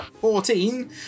Fourteen